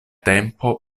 tempo